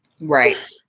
Right